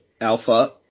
Alpha